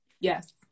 yes